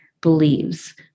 believes